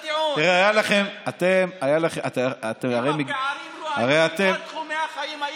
יודע, בסוף בסוף חוץ מהצעקות יש עובדות.